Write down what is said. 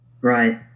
right